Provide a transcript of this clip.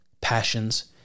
passions